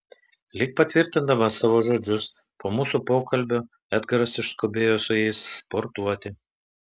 lyg patvirtindamas savo žodžius po mūsų pokalbio edgaras išskubėjo su jais sportuoti